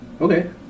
Okay